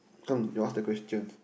come you ask the question